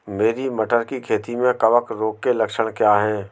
मेरी मटर की खेती में कवक रोग के लक्षण क्या हैं?